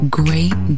great